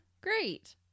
Great